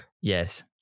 Yes